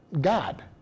God